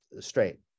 straight